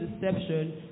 deception